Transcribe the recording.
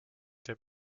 der